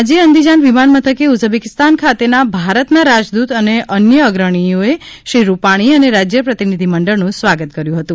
આજે અંદિજાન વિમાનમથકે ઉઝબેકીસ્તાન ખાતેના ભારતના રાજદૂત અને અન્ય અગ્રણીઓએ શ્રી રૂપાણી અને રાજય પ્રતિનિધિમંડળનું સ્વાગત કર્યુ હતુ